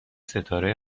ستاره